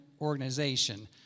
organization